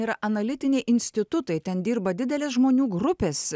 yra analitiniai institutai ten dirba didelės žmonių grupės